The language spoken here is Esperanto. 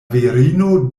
virino